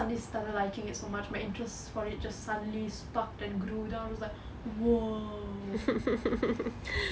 I just started liking it so much my interests for it just suddenly sparked and grew then I was like !whoa!